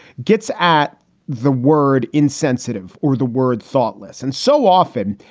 gets at the word insensitive or the word thoughtless. and so often,